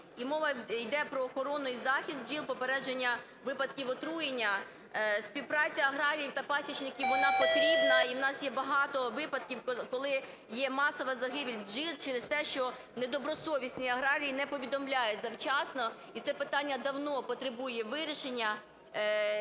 мова йде про охорону і захист бджіл, попередження випадків отруєння. Співпраця аграріїв та пасічників, вона потрібна, і в нас є багато випадків, коли є масова загибель бджіл через те, що недобросовісні аграрії не повідомляють завчасно. І це питання давно потребує вирішення,